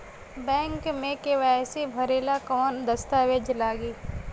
Bank मे KYC भरेला कवन दस्ता वेज लागी?